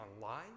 online